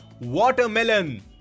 watermelon